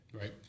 right